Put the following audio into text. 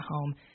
home